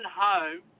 home